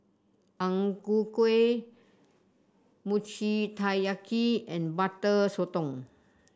Ang Ku Kueh Mochi Taiyaki and Butter Sotong